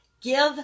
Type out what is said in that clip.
give